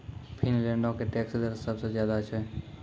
फिनलैंडो के टैक्स दर सभ से ज्यादे छै